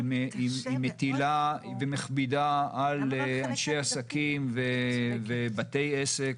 היא מטילה ומכבידה על אנשי עסקים ובתי עסק,